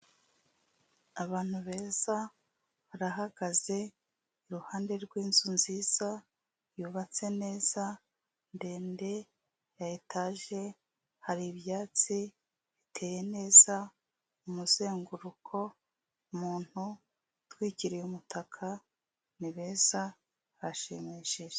Abantu beza barahagaze iruhande rw'inzu nziza, yubatse neza ndende ya etaje, hari ibyatsi biteye neza, umuzenguruko, umuntu utwikiriye umutaka ni beza barashimishije.